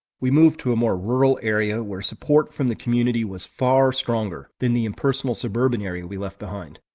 we moved to a more rural area where support from the community was far stronger than the impersonal suburban area we left behind.